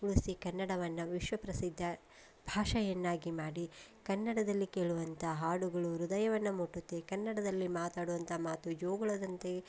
ಉಳಿಸಿ ಕನ್ನಡವನ್ನು ವಿಶ್ವ ಪ್ರಸಿದ್ಧ ಭಾಷೆಯನ್ನಾಗಿ ಮಾಡಿ ಕನ್ನಡದಲ್ಲಿ ಕೇಳುವಂಥ ಹಾಡುಗಳು ಹೃದಯವನ್ನು ಮುಟ್ಟುತ್ತೆ ಕನ್ನಡದಲ್ಲಿ ಮಾತಾಡುವಂಥ ಮಾತು ಜೋಗುಳದಂತೆ